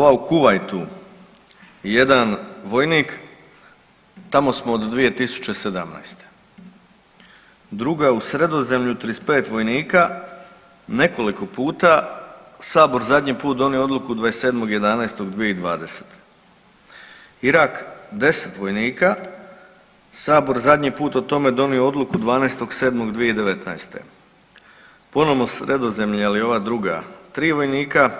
Prvo, ova u Kuvajtu jedan vojnik tamo smo od 2017., druga u Sredozemlju 35 vojnika nekoliko puta Sabor zadnji put donio odluku 27.11.2020., Irak 10 vojnika Sabor zadnji put o tome donio odluku 12.7.2019., ponovno Sredozemlje, ali ova druga tri vojnika